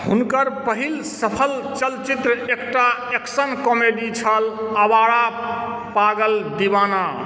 हुनकर पहिल सफल चलचित्र एकटा एक्शन कॉमेडी छल आवारा पागल दीवाना